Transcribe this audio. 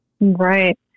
Right